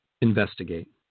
Investigate